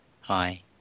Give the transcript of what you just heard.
Hi